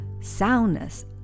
soundness